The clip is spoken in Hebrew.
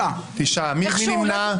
הצבעה מס' 1 בעד ההסתייגות 6 נגד, 9 נמנעים,